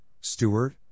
Stewart